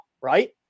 right